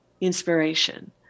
inspiration